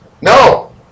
No